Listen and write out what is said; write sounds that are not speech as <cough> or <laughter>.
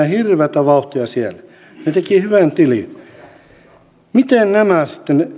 <unintelligible> hirveätä vauhtia siellä iloisen näköisinä he tekivät hyvän tilin miten nämä sitten